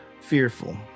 fearful